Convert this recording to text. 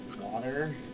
Water